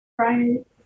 Right